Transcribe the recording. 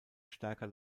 stärker